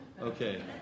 Okay